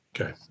Okay